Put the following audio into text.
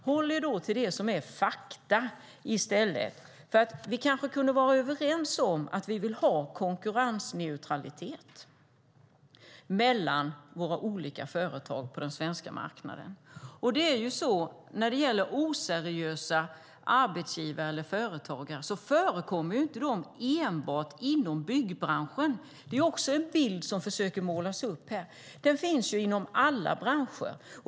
Håll er i stället till det som är fakta, för vi kanske kan vara överens om att vi vill ha konkurrensneutralitet mellan våra olika företag på den svenska marknaden. Oseriösa arbetsgivare eller företagare förekommer inte enbart inom byggbranschen, en bild som man försöker måla upp, utan det finns inom alla branscher.